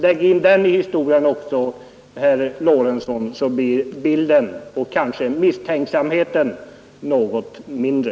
Lägg också in den i historien, herr Lorentzon, så blir kanske misstänksamheten något mindre.